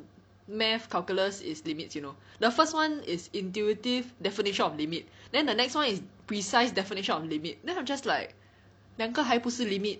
math calculus is limits you know the first one is intuitive definition of limit then the next one is precise definition of limit then I'm just like 两个还不是 limit